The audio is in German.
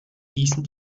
ließen